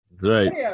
right